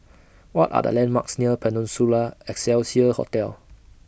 What Are The landmarks near Peninsula Excelsior Hotel